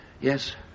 Yes